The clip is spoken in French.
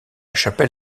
chapelle